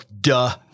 duh